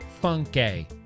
funky